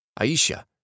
Aisha